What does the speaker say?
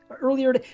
earlier